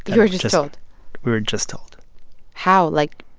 you were just told we were just told how? like,